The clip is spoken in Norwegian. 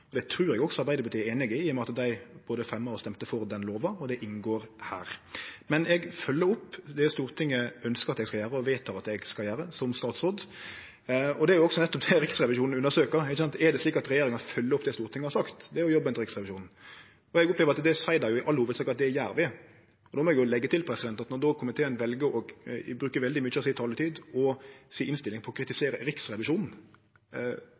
Det trur eg også Arbeidarpartiet er einig i, i og med at dei både fremja og stemte for den lova, og det inngår her. Men eg følgjer som statsråd opp det Stortinget ønskjer at eg skal gjere, og vedtek at eg skal gjere. Og det er nettopp det Riksrevisjonen undersøkjer: Er det slik at regjeringa følgjer opp det Stortinget har sagt? Det er jo jobben til Riksrevisjonen. Eg opplever at det seier dei i all hovudsak at vi gjer. Då må eg òg leggje til at når komiteen vel å bruke veldig mykje av taletida si og innstillinga på å kritisere Riksrevisjonen,